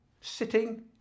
sitting